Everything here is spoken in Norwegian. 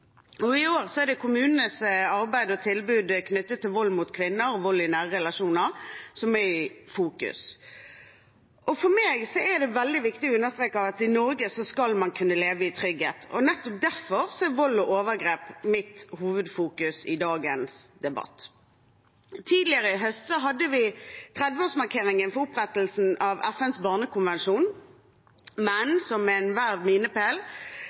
partnerdrap. I år er det kommunenes arbeid og tilbud knyttet til vold mot kvinner og vold i nære relasjoner som er i fokus. For meg er det veldig viktig å understreke at i Norge skal man kunne leve i trygghet, og nettopp derfor er vold og overgrep mitt hovedfokus i dagens debatt. Tidligere i høst hadde vi 30-årsmarkeringen for opprettelsen av FNs barnekonvensjon, men som ved enhver